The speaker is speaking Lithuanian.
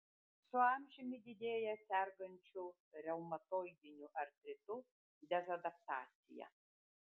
su amžiumi didėja sergančių reumatoidiniu artritu dezadaptacija